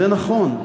זה נכון.